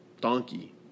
donkey